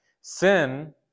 Sin